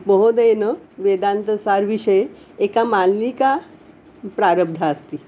महोदयेन वेदान्तसारविषये एका मालिका प्रारब्धा अस्ति